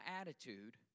attitude